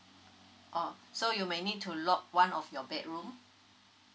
oh so you may need to lock one of your bedroom